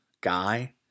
guy